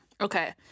Okay